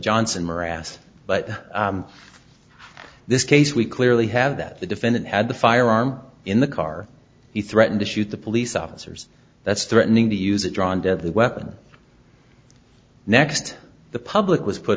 morass but in this case we clearly have that the defendant had the firearm in the car he threatened to shoot the police officers that's threatening to use it drawn deadly weapon next the public was put